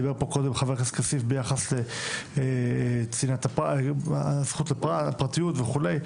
דיבר פה קודם חה"כ כסיף ביחס לזכות לפרטיות וכולי.